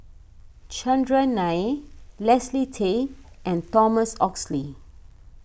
Chandran Nair Leslie Tay and Thomas Oxley